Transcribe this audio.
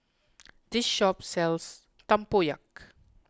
this shop sells Tempoyak